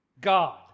God